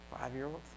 five-year-olds